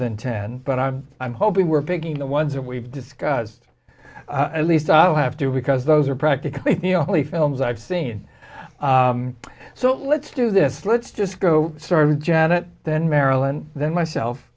than ten but i'm i'm hoping we're picking the ones that we've discussed at least i'll have to because those are practically the only films i've seen so let's do this let's just go start janet then marilyn then myself